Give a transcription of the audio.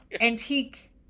antique